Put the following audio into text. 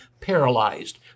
paralyzed